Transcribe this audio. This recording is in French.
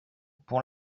pour